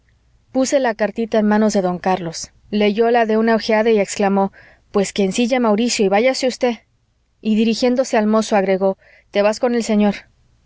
puse la cartita en manos de don carlos leyóla de una ojeada y exclamó pues que ensille mauricio y vayase usted y dirigiéndose al mozo agregó te vas con el señor